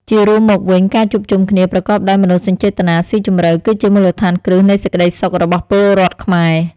ជារួមមកវិញ ការជួបជុំគ្នាប្រកបដោយមនោសញ្ចេតនាស៊ីជម្រៅ គឺជាមូលដ្ឋានគ្រឹះនៃសេចក្ដីសុខរបស់ពលរដ្ឋខ្មែរ។